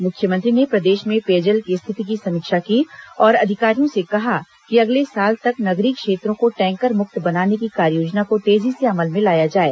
मुख्यमंत्री ने प्रदेश में पेयजल की स्थिति की समीक्षा की और अधिकारियों से कहा कि अगले साल तक नगरीय क्षेत्रों को टैंकर मुक्त बनाने की कार्ययोजना को तेजी से अमल में लाया जाए